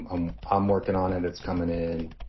i'm um working on it. it's coming in.